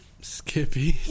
Skippy